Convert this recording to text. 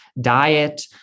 diet